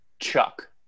Chuck